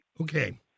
Okay